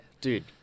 Dude